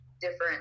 different